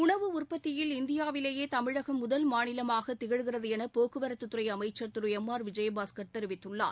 உணவு உற்பத்தியில் இந்தியாவிலேயே தமிழகம் முதல் மாநிலமாகத் திகழ்கிறது என போக்குவரத்துத்துறை அமைச்சர் திரு எம் ஆர் விஜயபாஸ்கர் தெரிவித்துள்ளார்